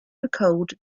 recalled